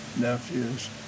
nephews